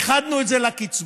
ואיחדנו את זה עם הקצבה.